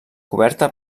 coberta